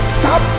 stop